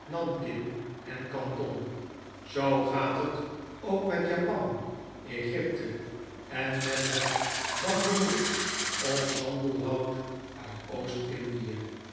nankin en canton zoo gaat het ook met japan egypte en met het bamboesriet of sandelhout uit oost-indie